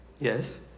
Yes